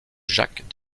jacques